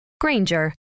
Granger